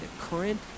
current